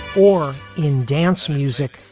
or in dance music,